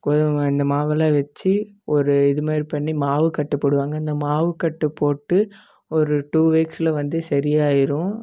கோது மாவு இந்த மாவெல்லாம் வச்சு ஒரு இதுமாதிரி பண்ணி மாவுக்கட்டு போடுவாங்க இந்த மாவுக்கட்டு போட்டு ஒரு டூ வீக்ஸில் வந்து சரியாயிரும்